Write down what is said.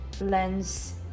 lens